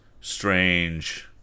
strange